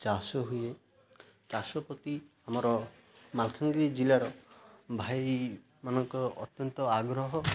ଚାଷ ହୁଏ ଚାଷ ପ୍ରତି ଆମର ମାଲକାନଗିରି ଜିଲ୍ଲାର ଭାଇମାନଙ୍କ ଅତ୍ୟନ୍ତ ଆଗ୍ରହ